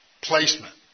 placement